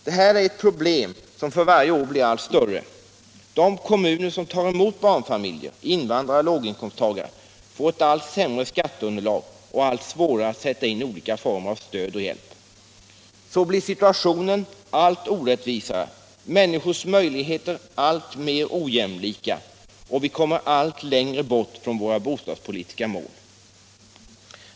Det här är ett problem som för varje år blir allt större. De kommuner som tar emot barnfamiljer, invandrare och låginkomsttagare får ett allt sämre skatteunderlag och allt svårare att sätta in olika former av stöd och hjälp. Så blir situationen allt orättvisare och människors möjligheter alltmer ojämlika, och vi kommer allt längre bort från våra bostadspolitiska mål.